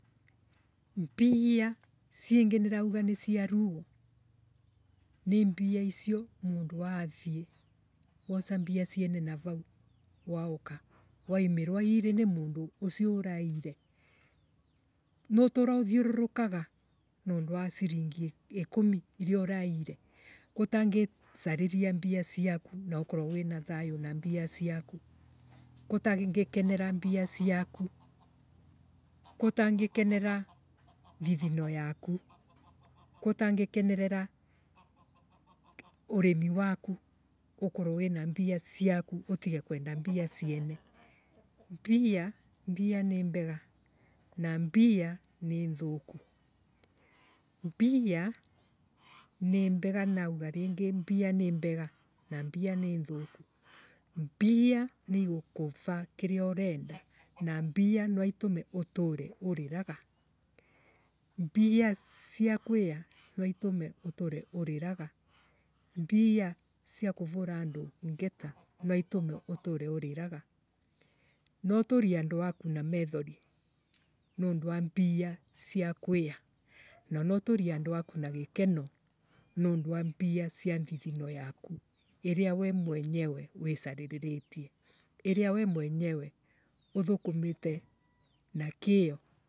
Mbia siingi nirauga nisia ruo ni mbia isio mundu athii. wosa mbia siene navau wauka. waimirwa iri ni mundu usio uraiire mutura uthiarorokaga. niundu wa siringi ikumi iria uraiire utangisariria mbia siaku na ukorwe wina thayo na mbia siaku ko utangikenera mbia viaku ko utangikenera urimi waku ukorwe wina mbia siaku utige kuenda mbia siene mbia mbia ni mbega na mbia ni thuku mbia ni mbega nauga ringi mbia ni mbega na mbia ni thuku mbia igukura kiria urenda na mbia niitume uture uriraga mbia sia kwiya nwaitume uture uriraga mbia sia kuvura andu ngete nwaitume uture uviraga. nwa uturie andu aku na methori nundu wa mbia sia kwiya na nwauturie andu aku na gikeno niundu wa mbia sia thithino yaku iria we mwenyewe wisariritie iria we mwenyewe withukumite na kio.